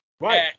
right